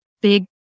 big